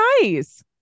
nice